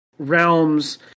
realms